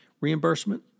reimbursement